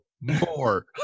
more